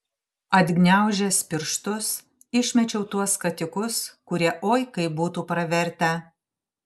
atgniaužęs pirštus išmečiau tuos skatikus kurie oi kaip būtų pravertę